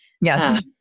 Yes